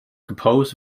composed